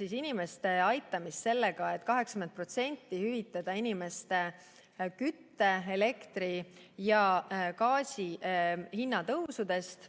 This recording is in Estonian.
inimeste aitamist sellega, et hüvitame inimeste kütte‑, elektri‑ ja gaasihinna tõusust